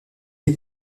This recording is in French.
est